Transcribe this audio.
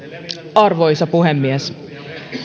arvoisa puhemies